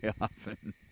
often